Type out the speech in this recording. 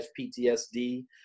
PTSD